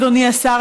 אדוני השר,